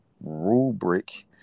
rubric